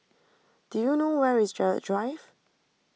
do you know where is Gerald Drive